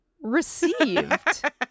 received